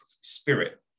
spirit